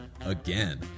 again